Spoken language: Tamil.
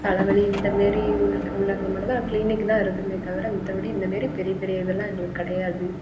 தலைவலி இந்தமாரி உள் உள்ளவங்களுக்கு மட்டும் தான் க்ளீனிக் தான் இருக்கும் தவிர மத்தபடி இந்தமாரி பெரிய பெரிய இதெல்லாம் எங்களுக்கு கிடையாது